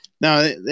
No